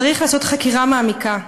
צריך לעשות חקירה מעמיקה.